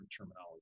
terminology